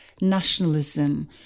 nationalism